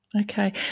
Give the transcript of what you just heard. Okay